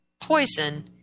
poison